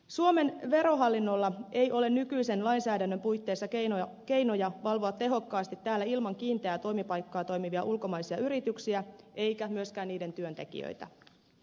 suomen verohallinnolla ei ole nykyisen lainsäädännön puitteissa keinoja valvoa tehokkaasti täällä ilman kiinteää toimipaikkaa toimivia ulkomaisia yrityksiä eikä myöskään niiden työntekijöitä